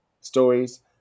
stories